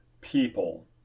people